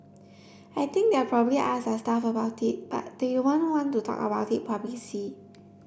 I think they'll probably ask their staff about it but they won't want to talk about it